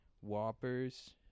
Whoppers